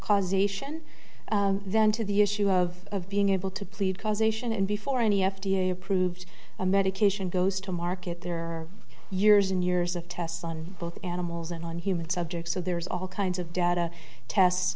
causation than to the issue of of being able to plead causation and before any f d a approved a medication goes to market their years and years of tests on both animals and on human subjects so there's all kinds of data test